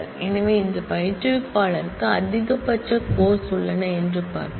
எனவே எந்த இன்ஸ்டிரக்டருக்கு அதிகபட்ச கோர்ஸ் உள்ளன என்று பார்ப்போம்